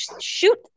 shoot